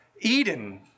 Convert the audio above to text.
Eden